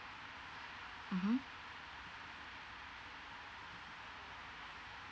mmhmm